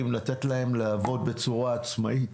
לתת להם לעבוד בצורה עצמאית,